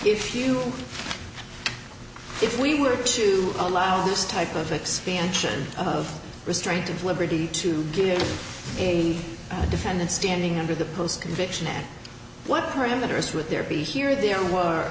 if you if we were to allow this type of expansion of restraint to liberty to give you a defendant standing under the post conviction and what parameters to it there be here there